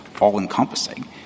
all-encompassing